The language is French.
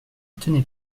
tenait